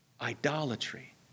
idolatry